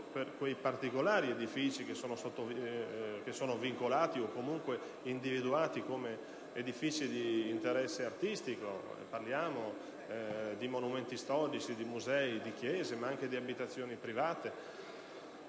per quei particolari edifici vincolati o comunque individuati come di interesse artistico (parliamo di monumenti storici, di musei, di chiese, ma anche di abitazioni private),